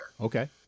Okay